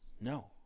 No